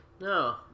no